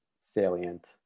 salient